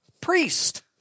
priest